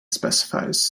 specifies